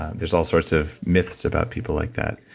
um there's all sorts of myths about people like that.